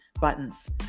buttons